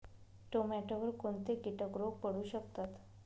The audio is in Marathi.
टोमॅटोवर कोणते किटक रोग पडू शकतात?